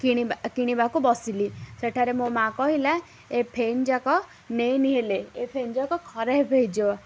କିଣିବା କିଣିବାକୁ ବସିଲି ସେଠାରେ ମୋ ମାଆ କହିଲା ଏ ଫ୍ୟାନ୍ ଯାକ ନେଇନିହଲେ ଏ ଫ୍ୟାନ୍ ଯାକ ଖରାପ ହୋଇଯିବ